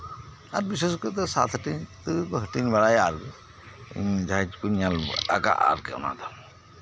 ᱟᱨ ᱵᱤᱥᱮᱥ ᱠᱚᱨᱮ ᱫᱳ ᱥᱟᱛ ᱦᱟᱴᱤᱧ ᱵᱟᱲᱟᱭᱟ ᱤᱧ ᱡᱟᱸᱦᱟ ᱠᱚᱧ ᱧᱮᱞ ᱵᱟᱲᱟ ᱟᱠᱟᱫ